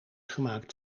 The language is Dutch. gemaakt